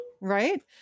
right